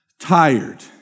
tired